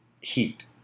heat